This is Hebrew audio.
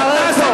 אתה שר הרווחה?